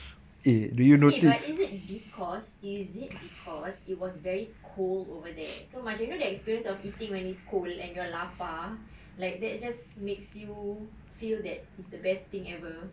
eh but is it because is it because it was very cold over there so macam you know the experience of eating when it's cold and you're lapar like that just makes you feel that it's the best thing ever